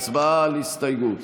הצבעה על ההסתייגות.